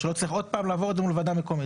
שלא יעבור שוב פעם מול ועדה מקומית.